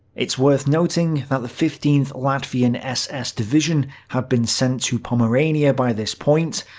it's worth noting that the fifteenth latvian ss division had been sent to pomerania by this point,